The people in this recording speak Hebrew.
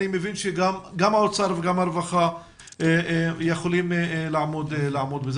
אני מבין שגם האוצר וגם הרווחה יכולים לעמוד בזה.